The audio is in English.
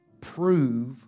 prove